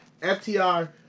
FTR